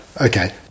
Okay